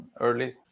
early